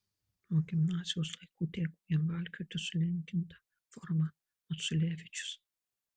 nuo gimnazijos laikų teko jam valkioti sulenkintą formą maculevičius